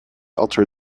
alter